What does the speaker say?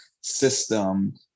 system